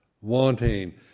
Wanting